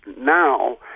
now